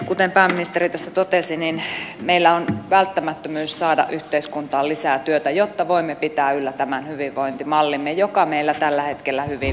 kuten pääministeri tässä totesi niin meillä on välttämättömyys saada yhteiskuntaan lisää työtä jotta voimme pitää yllä tämän hyvinvointimallimme joka meillä tällä hetkellä hyvin vielä toimii